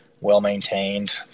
well-maintained